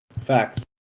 Facts